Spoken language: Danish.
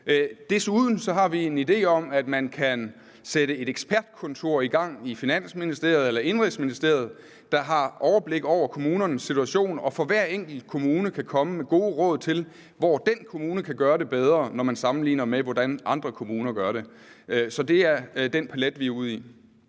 Desuden har vi en idé om, at man kan sætte et ekspertkontor i gang i Finansministeriet eller Indenrigsministeriet, hvor man har overblik over kommunernes situation, og for hver enkelt kommune skal det komme med gode råd til, hvordan den enkelte kommune kan gøre det bedre, sammenlignet med hvordan andre kommuner gør det. Det er den palet, vi er ude i.